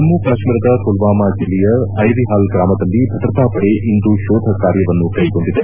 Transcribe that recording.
ಜಮ್ಮ ಕಾಶ್ಮೀರದ ಮಲ್ವಾಮ ಜಿಲ್ಲೆಯ ಐರಿಹಾಲ್ ಗ್ರಾಮದಲ್ಲಿ ಭದ್ರತಾಪಡೆ ಇಂದು ಶೋಧ ಕಾರ್ಯವನ್ನು ಕ್ಕೆಗೊಂಡಿದೆ